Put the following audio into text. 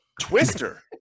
Twister